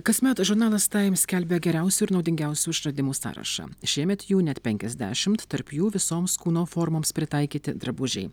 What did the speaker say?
kasmet žurnalas times skelbia geriausių ir naudingiausių išradimų sąrašą šiemet jų net penkiasdešimt tarp jų visoms kūno formoms pritaikyti drabužiai